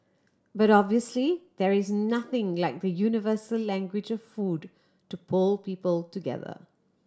but obviously there is nothing like the universal language food to pull people together